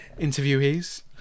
interviewees